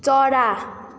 चरा